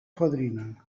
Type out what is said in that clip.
fadrina